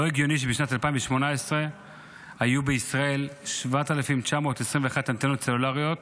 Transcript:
לא הגיוני שבשנת 2018 היו בישראל 7,921 אנטנות סלולריות